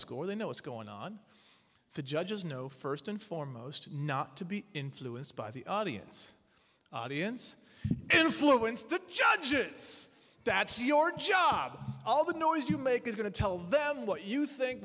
score they know what's going on the judges know first and foremost not to be influenced by the audience audience influence the judges that's your job all the noise you make is going to tell them what you think